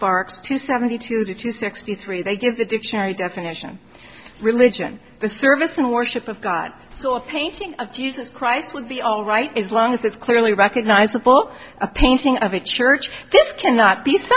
sparks to seventy two to sixty three they give the dictionary definition religion the service and worship of god so a painting of jesus christ would be all right is long as it's clearly recognizable a painting of a church this cannot be so